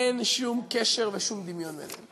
ואין שום קשר ושום דמיון ביניהן,